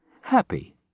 happy